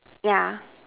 yeah